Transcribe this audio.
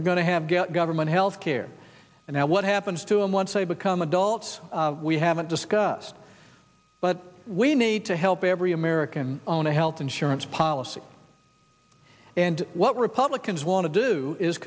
are going to have government health care and what happens to him once they become adults we haven't discussed but we need to help every american on a health insurance policy and what republicans want to do is